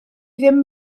ddim